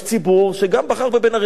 יש גם ציבור שבחר בבן-ארי,